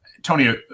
Tony